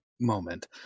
moment